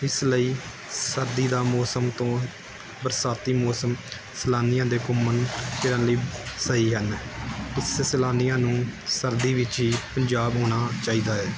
ਇਸ ਲਈ ਸਰਦੀ ਦਾ ਮੌਸਮ ਤੋਂ ਬਰਸਾਤੀ ਮੌਸਮ ਸੈਲਾਨੀਆਂ ਦੇ ਘੁੰਮਣ ਫਿਰਨ ਲਈ ਬਹੁਤ ਸਹੀ ਹਨ ਇਸ ਸੈਲਾਨੀਆਂ ਨੂੰ ਸਰਦੀ ਵਿੱਚ ਹੀ ਪੰਜਾਬ ਆਉਣਾ ਚਾਹੀਦਾ ਹੈ